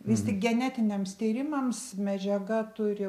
vis tik genetiniams tyrimams medžiaga turi